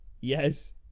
Yes